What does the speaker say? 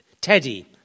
teddy